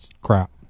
crap